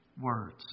words